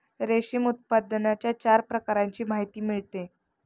रेशीम उत्पादनाच्या चार प्रकारांची माहिती मिळते